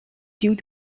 due